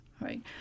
right